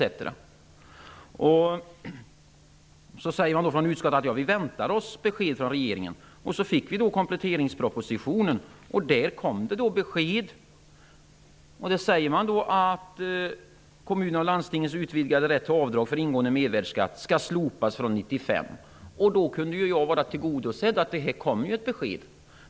Utskottet säger att man väntar sig besked från regeringen. Så fick vi då kompletteringspropositionen. Genom den fick vi då besked. Där sägs att kommunernas och landstingens utvidgade rätt till avdrag för ingående mervärdesskatt skall slopas från 1995. Då kunde mina krav ha varit tillgodosedda, för här kom ju ett besked.